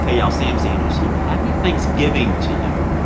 hey, y'all, sam sanders here. happy thanksgiving to you.